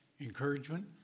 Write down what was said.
encouragement